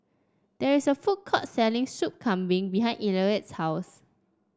there is a food court selling Soup Kambing behind Elliott's house